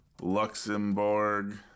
Luxembourg